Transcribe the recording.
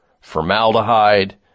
formaldehyde